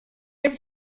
and